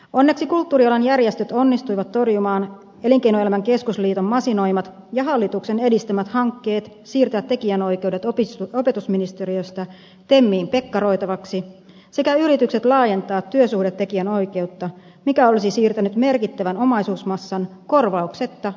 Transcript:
onneksi kulttuurialan järjestöt onnistuivat torjumaan elinkeinoelämän keskusliiton masinoimat ja hallituksen edistämät hankkeet siirtää tekijänoikeudet opetusministeriöstä temmiin pekkaroitavaksi sekä yritykset laajentaa työsuhdetekijänoikeutta mikä olisi siirtänyt merkittävän omaisuusmassan korvauksetta työntekijöiltä työnantajille